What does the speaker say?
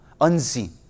unseen